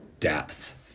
depth